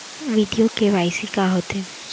video KYC का होथे